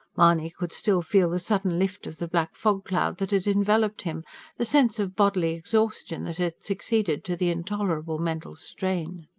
mahony could still feel the sudden lift of the black fog-cloud that had enveloped him the sense of bodily exhaustion that had succeeded to the intolerable mental strain.